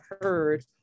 heard